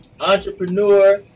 entrepreneur